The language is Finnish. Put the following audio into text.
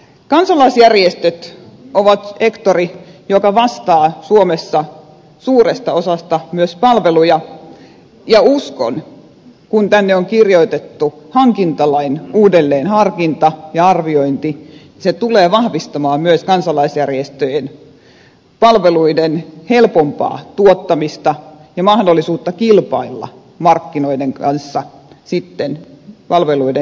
kansalaisjärjestöt ovat sektori joka vastaa suomessa suuresta osasta myös palveluja ja uskon kun tänne on kirjoitettu hankintalain uudelleenharkinta ja arviointi että se tulee vahvistamaan myös kansalaisjärjestöjen palveluiden helpompaa tuottamista ja mahdollisuutta kilpailla markkinoiden kanssa palveluiden järjestämisessä